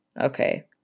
Okay